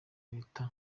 leta